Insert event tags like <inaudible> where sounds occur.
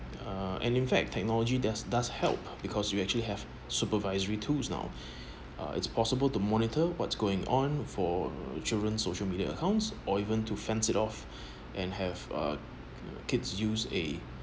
uh and in fact technology does does help because you actually have supervisory tools now <breath> uh it's possible to monitor what's going on for the children social media accounts or even to fence it off <breath> and have uh kids use a